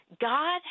God